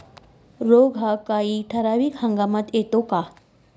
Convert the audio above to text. रोग हा काही ठराविक हंगामात येतो का?